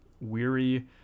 weary